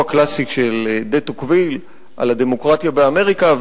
הקלאסי של דה טוקוויל "הדמוקרטיה באמריקה",